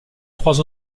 trois